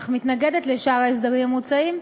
אך מתנגדת לשאר ההסדרים המוצעים.